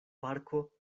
parko